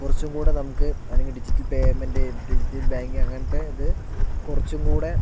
കുറച്ചും കൂടെ നമുക്ക് അല്ലെങ്കിൽ ഡിജിറ്റൽ പെയ്മെൻറ്റ് ഡിജിറ്റൽ ബാങ്കിങ് അങ്ങനത്തെ ഇത് കുറച്ചും കൂടെ